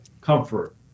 comfort